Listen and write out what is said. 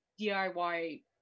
DIY